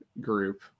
group